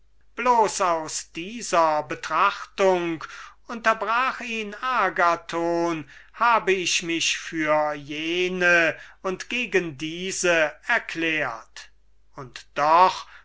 aus dieser betrachtung unterbrach ihn agathon habe ich mich für jene und gegen diese erklärt und doch